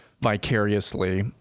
vicariously